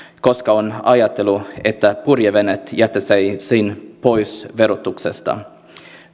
koska on ajateltu että purjeveneet jätettäisiin pois verotuksesta